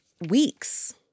weeks